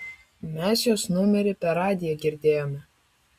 mes jos numerį per radiją girdėjome